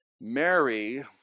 Mary